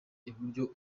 iburyo